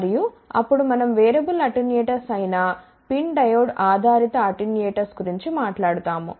మరియు అప్పుడు మనం వేరియబుల్ అటెన్యూయేటర్స్ అయిన PIN డయోడ్ ఆధారిత అటెన్యూయేటర్స్ గురించి మాట్లాడు తాము